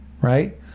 right